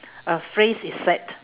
a phrase is said